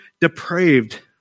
depraved